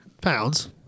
pounds